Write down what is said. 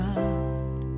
God